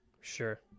Sure